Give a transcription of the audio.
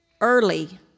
early